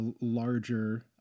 larger